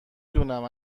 دونم